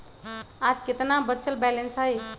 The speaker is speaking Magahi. आज केतना बचल बैलेंस हई?